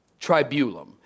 Tribulum